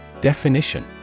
Definition